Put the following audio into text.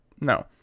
no